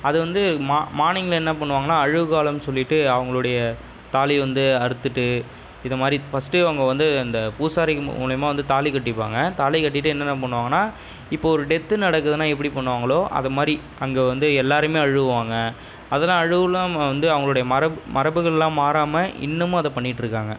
அது வந்து மா மார்னிங்கில் என்ன பண்ணுவாங்கன்னா அழுகாலம் சொல்லிட்டு அவங்களுடைய தாலியை வந்து அறுத்துட்டு இதை மாதிரி ஃபர்ஸ்ட்டே அவங்க வந்து அந்த பூசாரிங்க மூலியமாக வந்து தாலி கட்டிப்பாங்க தாலி கட்டிட்டு என்னென்ன பண்ணுவாங்கன்னால் இப்போது ஒரு டெத்து நடக்குதுன்னா எப்படி பண்ணுவாங்களோ அது மாதிரி அங்கே வந்து எல்லோருமே அழுவாங்க அதெலாம் அழுவலாம் வந்து அவங்களுடைய மரபு மரபுகளெலாம் மாறாமல் இன்னுமும் அதை பண்ணிகிட்டு இருக்காங்க